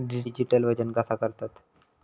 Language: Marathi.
डिजिटल वजन कसा करतत?